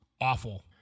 awful